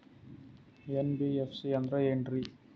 NBFC ಅಂದ್ರ ಏನ್ರೀ?